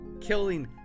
killing